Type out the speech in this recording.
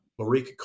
Marika